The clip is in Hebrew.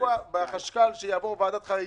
השבוע בחשכ"ל זה יעבור ועדת חריגים.